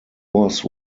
was